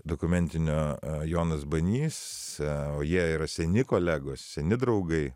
dokumentinio jonas banys o jie yra seni kolegos seni draugai